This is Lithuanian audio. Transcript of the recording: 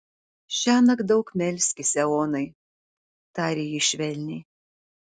šiąnakt daug melskis eonai tarė jis švelniai